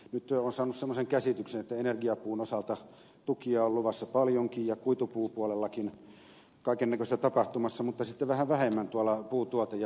nyt olen saanut semmoisen käsityksen että energiapuun osalta tukia on luvassa paljonkin ja kuitupuupuolellakin on kaiken näköistä tapahtumassa mutta sitten vähän vähemmän tuolla puutuote ja puurakentamispuolella